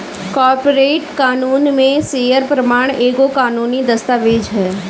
corporate कानून में share प्रमाण पत्र एगो कानूनी दस्तावेज हअ